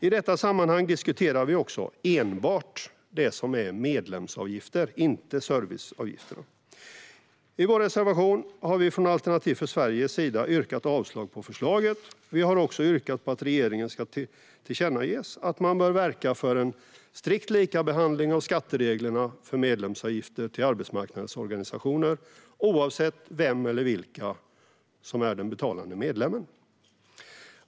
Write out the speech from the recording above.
I detta sammanhang diskuterar vi också enbart det som är medlemsavgifter, inte serviceavgifterna. I vår reservation har vi från Alternativ för Sveriges sida yrkat avslag på förslaget. Vi menar också att regeringen ska tillkännages att man bör verka för en strikt likabehandling när det gäller skattereglerna för medlemsavgifter till arbetsmarknadens organisationer, oavsett vilka som är de betalande medlemmarna.